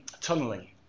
tunneling